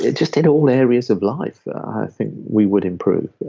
just in all areas of life, i think we would improve,